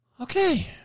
Okay